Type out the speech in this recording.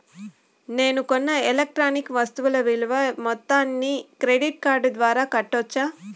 నేను కొన్న ఎలక్ట్రానిక్ వస్తువుల విలువ మొత్తాన్ని క్రెడిట్ కార్డు ద్వారా కట్టొచ్చా?